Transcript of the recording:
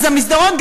אז המסדרון,